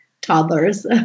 toddlers